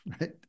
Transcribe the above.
Right